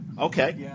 Okay